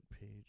page